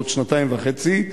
בעוד שנתיים וחצי,